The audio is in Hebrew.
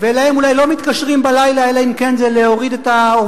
הביטחון הסוציאלית של מדינת ישראל, העובדים